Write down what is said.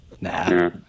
Nah